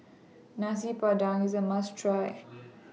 Nasi Padang IS A must Try